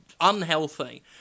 unhealthy